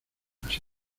casi